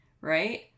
right